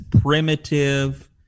primitive